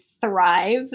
thrive